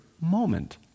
moment